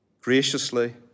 graciously